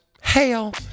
Hell